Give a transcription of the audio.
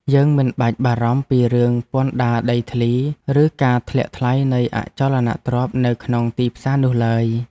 យើងមិនបាច់បារម្ភពីរឿងពន្ធដារដីធ្លី ឬការធ្លាក់ថ្លៃនៃអចលនទ្រព្យនៅក្នុងទីផ្សារនោះឡើយ។